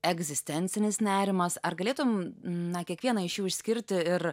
egzistencinis nerimas ar galėtum na kiekvieną iš jų išskirti ir